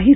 ही